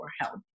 help